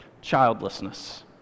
Childlessness